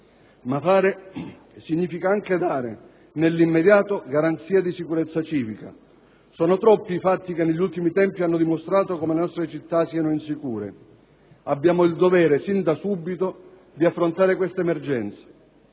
Ma fare significa anche dare, nell'immediato, garanzie di sicurezza civica. Sono troppi i fatti che negli ultimi tempi hanno dimostrato come le nostre città siano insicure. Abbiamo il dovere, sin da subito, di affrontare quest'emergenza,